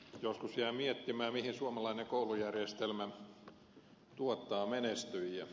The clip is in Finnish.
joskus jää miettimään mihin suomalainen koulujärjestelmä tuottaa menestyjiä